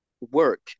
work